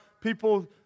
people